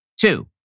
Two